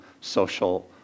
social